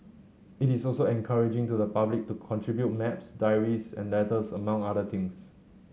it is also encouraging to the public to contribute maps diaries and letters among other things